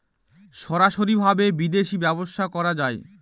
সরাসরি ভাবে বিদেশী ব্যবসা করা যায়